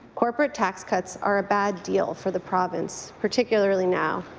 corporate tax cuts are a bad deal for the province, particularly now.